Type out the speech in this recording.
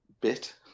bit